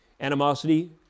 animosity